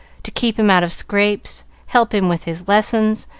to keep him out of scrapes, help him with his lessons,